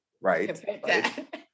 Right